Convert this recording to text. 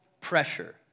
pressure